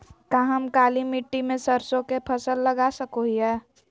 का हम काली मिट्टी में सरसों के फसल लगा सको हीयय?